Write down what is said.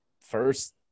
first